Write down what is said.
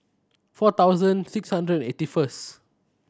four thousand six hundred eighty first